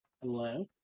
hello